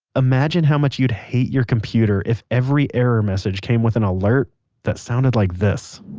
imagine how much you'd hate your computer if every error message came with an alert that sounded like this,